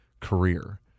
career